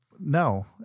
No